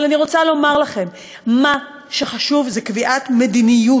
אבל אני רוצה לומר לכם שמה שחשוב זה קביעת מדיניות.